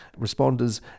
Responders